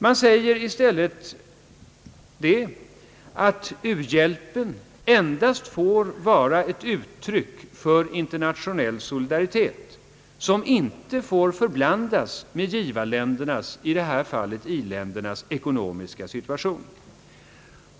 Man utgår i stället från att u-hjälpen endast får vara ett sådant uttryck för internationell solidaritet som inte får blandas ihop med givarländernas — i detta fall i-ländernas — ekonomiska situation.